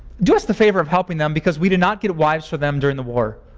do us the favor of helping them, because we did not get wives for them during the war.